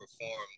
perform